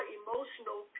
emotional